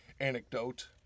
Anecdote